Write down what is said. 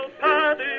Paddy